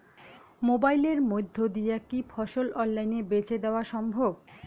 মোবাইলের মইধ্যে দিয়া কি ফসল অনলাইনে বেঁচে দেওয়া সম্ভব?